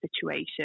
situation